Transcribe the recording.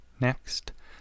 Next